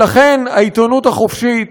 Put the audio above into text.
ולכן, העיתונות החופשית,